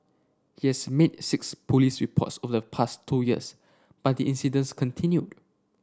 he has made six police reports over the past two years but the incidents continued